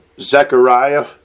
Zechariah